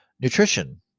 nutrition